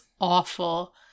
awful